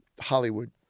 Hollywood